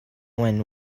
when